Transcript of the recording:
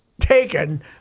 taken